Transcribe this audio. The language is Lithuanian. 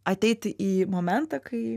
ateiti į momentą kai